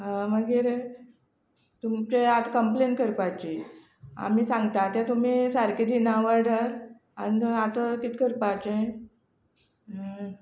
मागीर तुमचे आतां कंप्लेन करपाची आमी सांगता तें तुमी सारके दिना वॉर्डर आनी आतां किद करपाचे